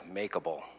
makeable